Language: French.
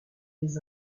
des